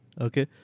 Okay